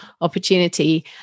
opportunity